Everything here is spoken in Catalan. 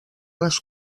les